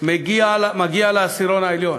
מגיע לעשירון העליון.